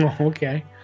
Okay